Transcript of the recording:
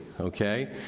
okay